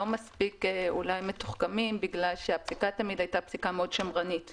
מספיק מתוחכמים בגלל שהפסיקה הייתה תמיד שמרנית מאוד.